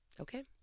Okay